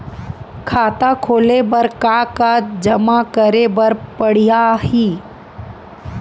खाता खोले बर का का जेमा करे बर पढ़इया ही?